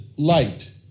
light